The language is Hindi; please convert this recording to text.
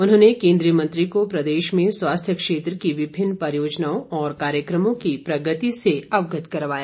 उन्होंने केंद्रीय मंत्री को प्रदेश में स्वास्थ्य क्षेत्र की विभिन्न परियोजनाओं और कार्यक्रमों की प्रगति से अवगत करवाया